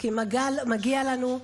כי מגיע לנו.